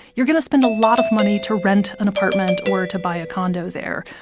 you're going to spend a lot of money to rent an apartment or to buy a condo there.